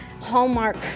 hallmark